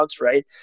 right